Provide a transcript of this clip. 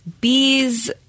bees